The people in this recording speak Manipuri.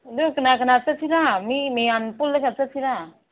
ꯑꯗꯨ ꯀꯅꯥ ꯀꯅꯥ ꯆꯠꯁꯤꯔꯥ ꯃꯤ ꯃꯌꯥꯝ ꯄꯨꯜꯂꯒ ꯆꯠꯁꯤꯔꯥ